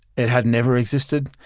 it had never existed.